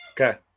Okay